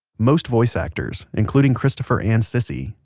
most voice actors, including christopher and cissy,